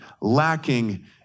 lacking